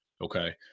okay